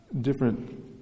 different